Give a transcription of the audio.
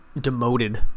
demoted –